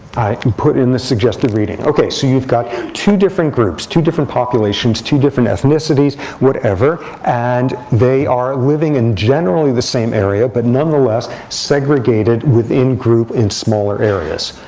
i put in the suggested reading. ok, so you've got two different groups, two different populations, two different ethnicities, whatever. and they are living in generally the same area, but nonetheless segregated within group in smaller areas.